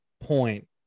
point